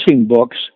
books